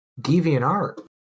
DeviantArt